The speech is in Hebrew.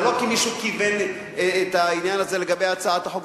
זה לא כי מישהו כיוון את העניין הזה לגבי הצעת החוק.